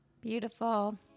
Beautiful